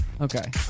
Okay